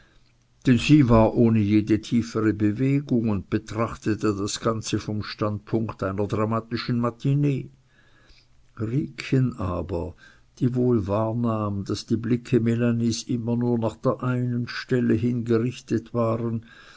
sie war ohne jede tiefere bewegung und betrachtete das ganze vom standpunkt einer dramatischen matinee riekchen aber die wohl wahrnahm daß die blicke melanies immer nur nach der einen stelle hin gerichtet waren